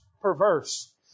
Perverse